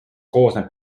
koosneb